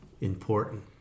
important